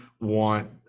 want